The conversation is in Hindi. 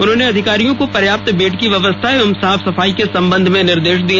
उन्होंने अधिकारियों को पर्याप्त बेड की व्यवस्था एवं साफ सफाई के संबंध में निर्देश दिए